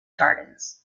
gardens